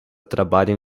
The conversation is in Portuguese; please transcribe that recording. trabalham